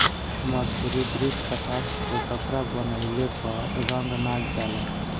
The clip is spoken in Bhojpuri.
मर्सरीकृत कपास से कपड़ा बनइले पर रंग ना जाला